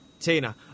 Tina